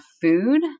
food